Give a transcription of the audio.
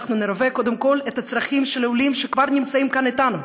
וקודם כול נרווה את הצרכים של העולים שכבר נמצאים כאן איתנו,